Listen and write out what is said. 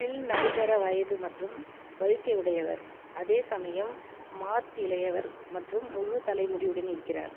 bill நடுத்தர வயது மற்றும் வழுக்கை உடையவர் அதே சமயம் மார்ட் இளையவர் மற்றும் முழு தலை முடியுடன் இருக்கிறார்